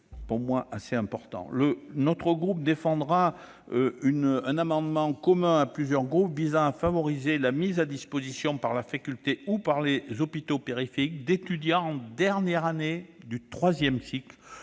paraît importante. Notre groupe défendra un amendement commun à plusieurs groupes visant à favoriser la mise à disposition par la faculté ou par les hôpitaux périphériques d'étudiants en dernière année de troisième cycle,